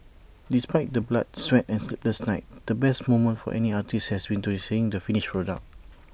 despite the blood sweat and sleepless nights the best moment for any artist has to be seeing the finished product